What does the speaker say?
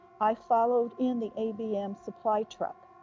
i followed in the abm supply truck,